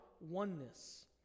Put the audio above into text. oneness